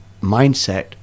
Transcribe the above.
mindset